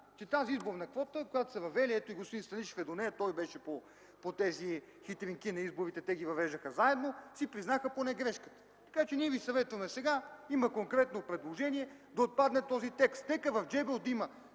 че тази изборна квота, която са въвели – ето, и господин Станишев е до нея, той беше по тези хитринки на изборите, те ги въвеждаха заедно, си признаха поне грешката, така че ние ви съветваме сега, има конкретно предложение, да отпадне този текст. Нека в Джебел да